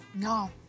No